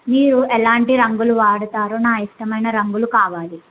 మీరు ఎలాంటి రంగులు వాడుతారో నా ఇష్టమైన రంగులు కావాలి